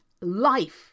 life